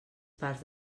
parts